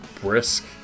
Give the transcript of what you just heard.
brisk